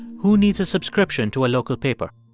who needs a subscription to a local paper?